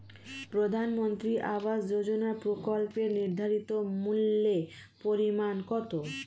প্রধানমন্ত্রী আবাস যোজনার প্রকল্পের নির্ধারিত মূল্যে পরিমাণ কত?